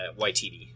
YTD